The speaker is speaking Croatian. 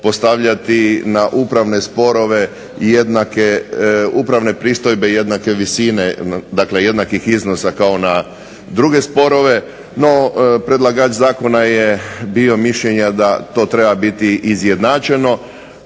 postavljati na upravne sporove upravne pristojbe jednake visine, dakle jednakih iznosa kao na druge sporove, no predlagač zakona je bio mišljenja da to treba biti izjednačeno.